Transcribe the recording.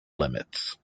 limits